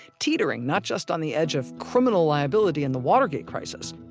teetering not just on the edge of criminal liability in the watergate crisis,